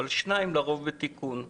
אבל שניים לרוב בתיקון.